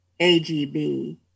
AGB